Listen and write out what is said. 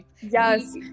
Yes